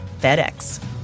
FedEx